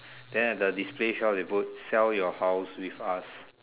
then at the display shop they put sell your house with us